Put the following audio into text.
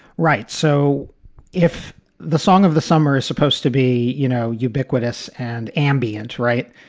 right so if the song of the summer is supposed to be, you know, ubiquitous and ambient. right.